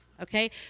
okay